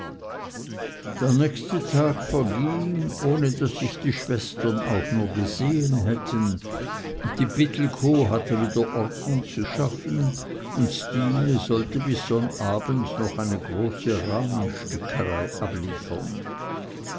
der nächste tag verging ohne daß sich die schwestern auch nur gesehen hätten die pittelkow hatte wieder ordnung zu schaffen und stine sollte bis sonnabend abend noch eine große rahmenstickerei abliefern